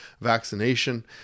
vaccination